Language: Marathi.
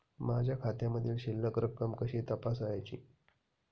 माझ्या खात्यामधील शिल्लक रक्कम कशी तपासायची?